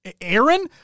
Aaron